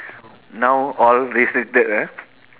now all restricted ah